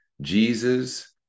Jesus